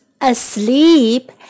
asleep